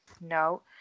no